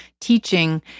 teaching